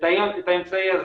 את האמצעי הזה,